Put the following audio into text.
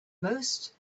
most